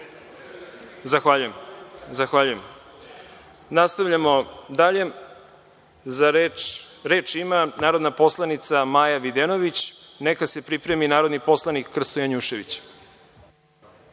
naravno, da. Zahvaljujem. Nastavljamo dalje. Reč ima narodna poslanica Maja Videnović, neka se pripremi narodni poslanik Krsta Janjušević.